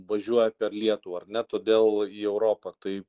važiuoja per lietuvą ar ne todėl į europą tai